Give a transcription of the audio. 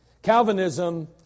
Calvinism